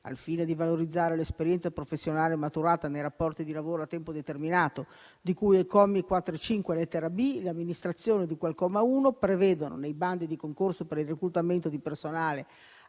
al fine di valorizzare l'esperienza professionale maturata nei rapporti di lavoro a tempo determinato, di cui ai commi 4 e 5, lettera *b)*, le amministrazioni di cui al comma 1 prevedano, nei bandi di concorso per il reclutamento di personale